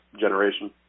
generation